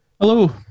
Hello